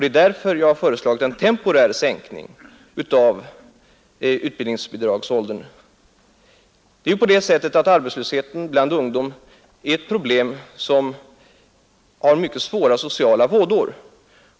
Det är också därför som jag har föreslagit en temporär sänkning av åldersgränsen för utbildningsbidraget. Arbetslösheten bland ungdom är ju ett problem som har mycket svåra sociala vådor.